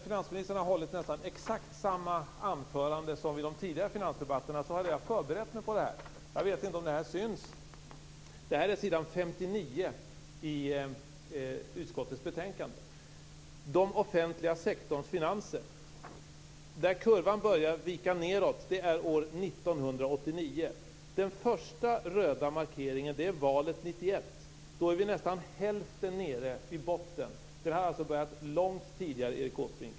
Finansministern har i dag hållit nästan exakt samma anförande som vid de tidigare finansdebatterna. Jag har därför redan förberett mig. Jag har här en kopia av s. 59 i utskottets betänkande - jag vet inte om finansministern kan se den från sin bänk i kammaren. Den visar utvecklingen av den offentliga sektorns finanser. Kurvan börjar vika nedåt år 1989. Vid valet 1991 är kurvan halvvägs ned mot botten. Nedgången började alltså långt tidigare, Erik Åsbrink.